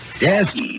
Yes